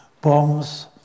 bombs